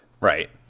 Right